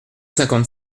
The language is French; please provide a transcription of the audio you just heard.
cinquante